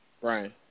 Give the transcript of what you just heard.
Brian